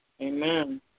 Amen